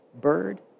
bird